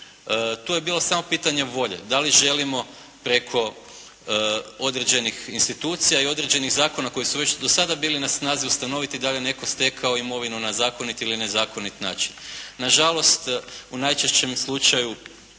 Tu je bilo samo pitanje volje, da li želimo preko određenih institucija i određenih zakona koji su već do sada bili na snazi ustanoviti da li je netko stekao imovinu na zakonit ili nezakonit način. Nažalost, u najčešćem slučaju